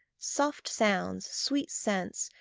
soft sounds, sweet scents,